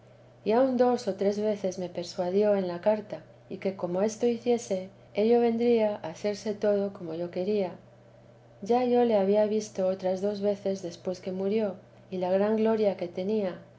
y aun dos o tres veces me persuadió en la carta y que como esto hiciese ello vernía a hacerse todo como yo quería ya yo le había visto otras dos veces después que murió y la gran gloria que tenía